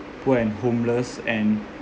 poor and homeless and